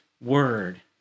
word